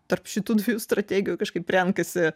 tarp šitų dviejų strategijų kažkaip renkasi